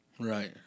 Right